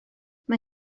mae